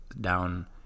down